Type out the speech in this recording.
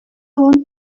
want